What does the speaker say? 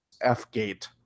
F-Gate